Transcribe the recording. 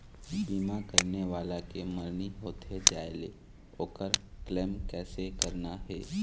बीमा करने वाला के मरनी होथे जाय ले, ओकर क्लेम कैसे करना हे?